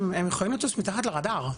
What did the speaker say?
הם יכולים לטוס מתחת לרדאר.